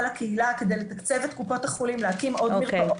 לקהילה כדי לתקצב את קופות החולים להקים עוד מרפאות,